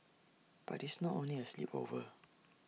but it's not only A sleepover